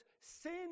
sin